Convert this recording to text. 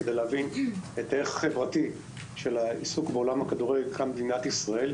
כדי להבין את הערך החברתי של העיסוק בעולם הכדורגל כאן במדינת ישראל,